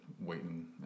waiting